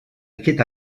aquest